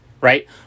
right